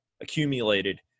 accumulated